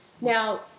Now